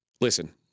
Listen